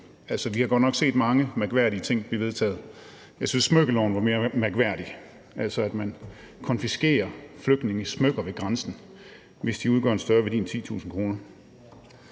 Vi har godt nok set mange mærkværdige ting blive vedtaget. Jeg synes, smykkeloven var mere mærkværdig, altså at man konfiskerer flygtninges smykker ved grænsen, hvis de udgør en større værdi end 10.000 kr.